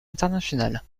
internationale